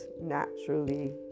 naturally